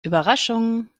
überraschung